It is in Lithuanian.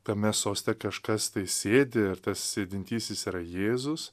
tame soste kažkas tai sėdi ir tas sėdintysis yra jėzus